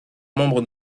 membre